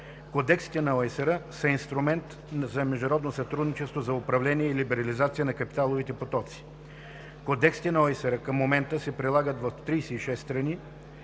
Кодексите на ОИСР са инструмент за международно сътрудничество за управление и либерализация на капиталовите потоци. Кодексите на ОИСР към момента се прилагат в 36 страни